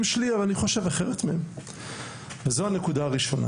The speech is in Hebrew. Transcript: שלי אבל אני חושב אחרת מהם וזו הנקודה הראשונה,